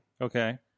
Okay